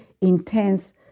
intense